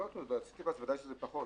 אורי מקלב (יו"ר ועדת המדע והטכנולוגיה): על סיטי פס ודאי שזה פחות.